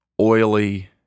oily